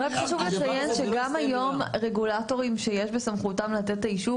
חשוב לציין שגם היום רגולטורים שיש בסמכותם לתת את האישור,